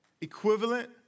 equivalent